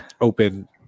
open